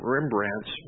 Rembrandt's